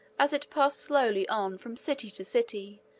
as it passed slowly on from city to city,